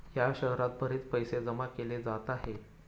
या शहरात बरेच पैसे जमा केले जात आहे